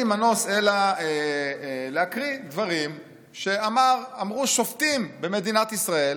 מנוס אלא להקריא דברים שאמרו שופטים במדינת ישראל